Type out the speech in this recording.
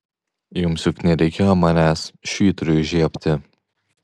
jums juk nereikėjo manęs švyturiui įžiebti